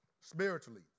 spiritually